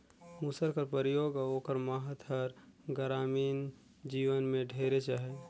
मूसर कर परियोग अउ ओकर महत हर गरामीन जीवन में ढेरेच अहे